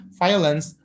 violence